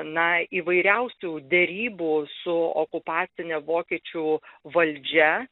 na įvairiausių derybų su okupacine vokiečių valdžia